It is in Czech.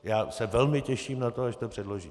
Já se velmi těším na to, až to předložíte.